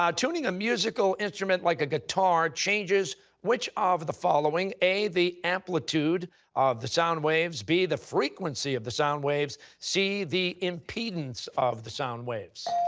um tuning a musical instrument like a guitar changes which of the following? a, the amplitude of the sound waves, b, the frequency of the sound waves, c, the impedance of the sound waves.